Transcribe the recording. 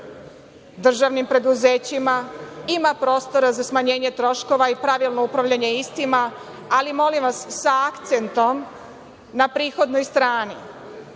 državnim preduzećima ima prostora za smanjenje troškova i pravilno upravljanje istim, ali molim vas sa akcentom na prihodnoj strani.